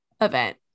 event